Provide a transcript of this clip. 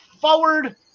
forward